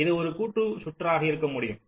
இது ஒரு கூட்டுச் சுற்றாக இருக்க முடியும்